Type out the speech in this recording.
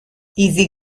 easy